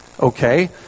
Okay